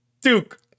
Duke